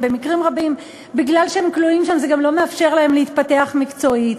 במקרים רבים זה שהם כלואים שם גם לא מאפשר להם להתפתח מקצועית.